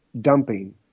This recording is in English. dumping